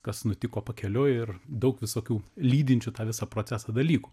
kas nutiko pakeliui ir daug visokių lydinčių tą visą procesą dalykų